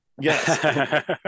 Yes